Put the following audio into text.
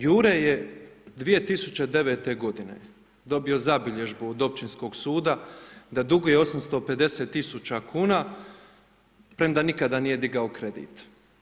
Jure je 2009. g. dobio zabilježbu od općinskog suda, da duguje 850000 kn, premda nikada nije digao kredit.